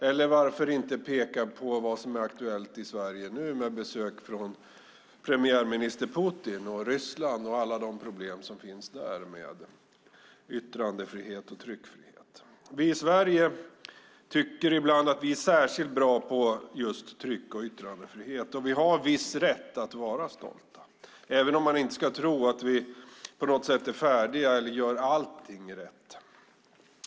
Eller varför inte peka på det som är aktuellt i Sverige just nu, nämligen besök av premiärminister Putin från Ryssland och alla de problem som finns där med yttrandefrihet och tryckfrihet. Vi i Sverige tycker ibland att vi är särskilt bra på just tryck och yttrandefrihet, och vi har viss rätt att vara stolta även om man inte ska tro att vi på något sätt är färdiga eller gör allting rätt.